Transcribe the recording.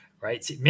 right